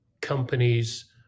companies